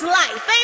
life